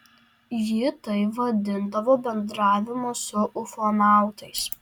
ji tai vadindavo bendravimu su ufonautais